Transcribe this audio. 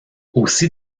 aussi